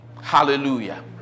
Hallelujah